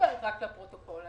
מדברת רק לפרוטוקול,